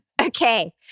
Okay